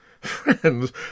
Friends